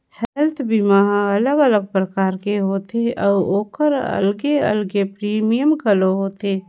health बीमा हर अलग अलग परकार के होथे अउ ओखर अलगे अलगे प्रीमियम घलो होथे